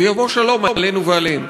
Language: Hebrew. ויבוא שלום עלינו ועליהם.